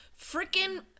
freaking